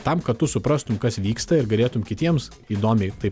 tam kad tu suprastum kas vyksta ir galėtum kitiems įdomiai tai